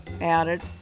added